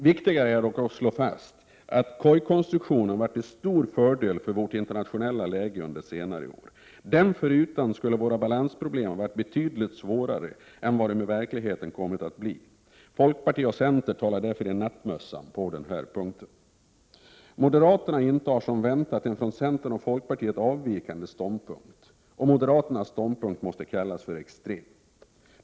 Viktigare är dock att slå fast att korgkonstruktionen varit till stor fördel för vårt internationella läge under senare år. Den förutan skulle våra balansproblem ha varit betydligt svårare än vad de i verkligheten kommit att bli. Folkpartiet och centern talar därför i nattmössan på den här punkten. Moderaterna intar som väntat en från centern och folkpartiet avvikande ståndpunkt, som måste kallas för extrem.